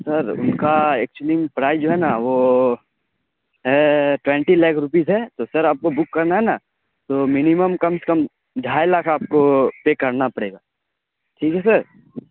سر ان کا actually price جو ہے نا وہ ہے ٹوئنٹی لاکھ روپیز ہے تو سر آپ کو بک کرنا ہے نا تو مینیمم کم سے کم ڈھائی لاکھ آپ کو پے کرنا پڑے گا ٹھیک ہے سر